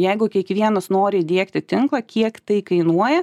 jeigu kiekvienas nori įdiegti tinklą kiek tai kainuoja